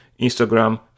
Instagram